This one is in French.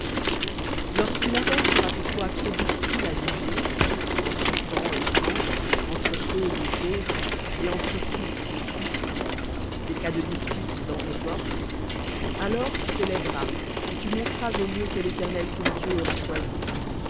lorsqu'une affaire sera pour toi trop difficile à juger entre sang et sang entre cause et cause et entre coup et coup des cas de dispute dans tes portes alors tu te lèveras et tu monteras au lieu que l'éternel ton dieu aura choisi